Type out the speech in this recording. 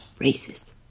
Racist